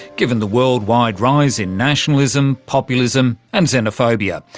given the world-wide rise in nationalism, populism and xenophobia.